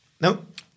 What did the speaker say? Nope